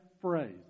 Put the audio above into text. phrase